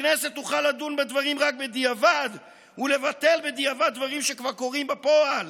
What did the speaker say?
הכנסת תוכל לדון בדברים רק בדיעבד ולבטל בדיעבד דברים שכבר קורים בפועל: